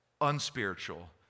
unspiritual